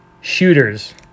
Shooters